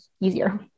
easier